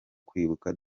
kwibuka